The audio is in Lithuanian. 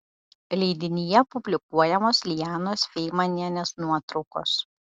leidinyje publikuojamos lijanos feimanienės nuotraukos